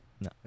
No